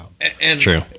True